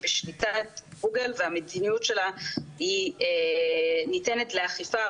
בשליטת גוגל והמדיניות שלה היא ניתנת לאכיפה,